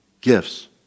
gifts